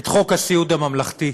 את חוק הסיעוד הממלכתי.